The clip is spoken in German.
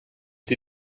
sie